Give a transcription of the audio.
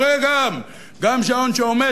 גם שעון שעומד,